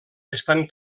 estan